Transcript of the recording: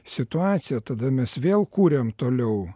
situaciją tada mes vėl kuriam toliau